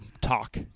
talk